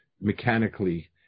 mechanically